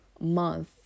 month